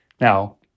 Now